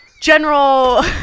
General